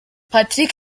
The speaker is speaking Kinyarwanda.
patrick